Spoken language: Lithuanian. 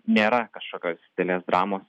nėra kažkokios didelės dramos